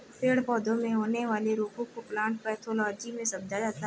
पेड़ पौधों में होने वाले रोगों को प्लांट पैथोलॉजी में समझा जाता है